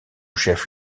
chef